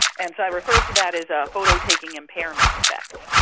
and so i referred to that as ah photo-taking impairment effect,